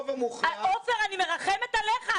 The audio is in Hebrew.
עופר, אני מרחמת עליך.